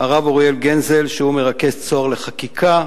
הרב אוריאל גנזל, שהוא מרכז "צהר לחקיקה",